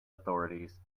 authorities